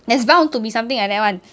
there's bound to be something like that [one]